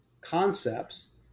concepts